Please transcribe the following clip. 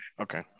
Okay